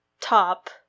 top